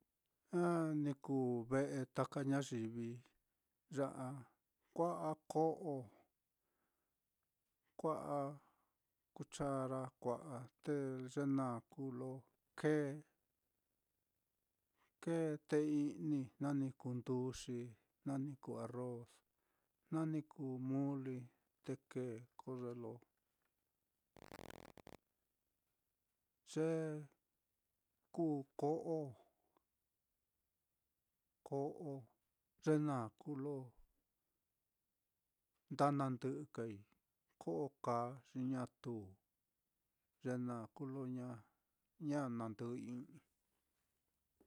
Ja ni kuu ve'e taka ñayivi, ya á kua'a ko'o, kua'a kuchara kua'a, te ye naá kuu lo kēē, kēē té i'ni, jna ni kuu nduxi, jna ni kuu arroz, jna ni kuu muli te kēē, ko ye lo ye kuu ko'o ko'o ye naá kuu lo nda ndɨꞌɨ kai, ko'o kaa xi ñatu, ye naá kuu lo ña ña na ndɨꞌɨi.